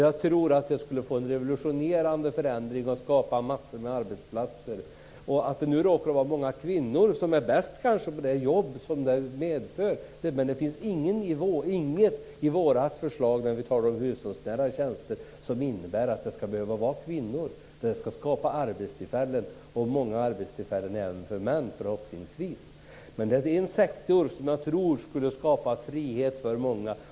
Jag tror att det skulle innebära en revolutionerande förändring och skapa massor med arbetsplatser. Även om det råkar vara många kvinnor som är bäst på de jobb som kan skapas, finns det inget i vårt förslag om hushållsnära tjänster som säger att det måste vara kvinnor som får jobben. Det ska skapas arbetstillfällen och förhoppningsvis även många arbetstillfällen för män. Det är en sektor som jag tror skulle skapa frihet för många.